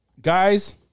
guys